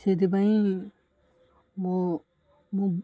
ସେଥିପାଇଁ ମୋ ମୁଁ